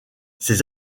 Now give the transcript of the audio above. ses